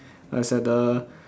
uh is at the